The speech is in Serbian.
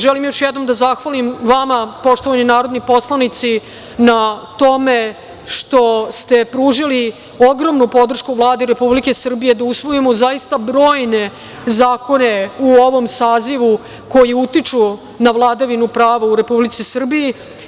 Želim još jednom da zahvalim vama, poštovani narodni poslanici na tome što ste pružili ogromnu podršku Vladi Republike Srbije, da usvojimo zaista brojne zakone u ovom sazivu koji utiču na vladavinu prava u Republici Srbiji.